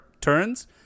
turns